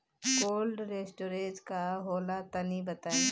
Cold storage का होला तनि बताई?